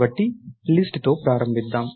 కాబట్టి లిస్ట్ తో ప్రారంభిద్దాం